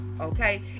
okay